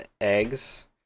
Eggs